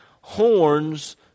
Horns